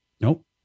nope